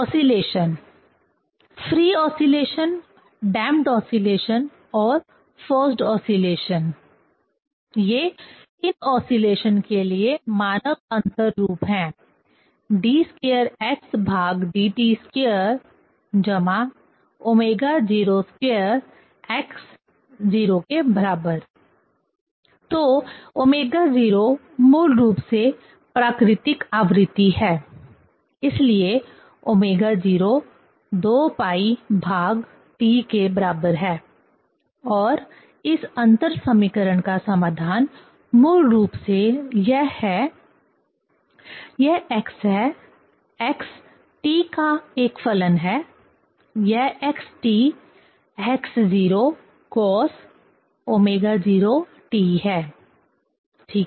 oscillation free oscillation damped oscillation और forced oscillation ये इन ओसीलेशन के लिए मानक अंतर रूप हैं d2xdt2 ω02x 0 तो ओमेगा 0 मूल रूप से प्राकृतिक आवृत्ति है इसलिए ω0 2πT और इस अंतर समीकरण का समाधान मूल रूप से यह है यह x है x t का एक फलन है यह x x0cosω0t है ठीक है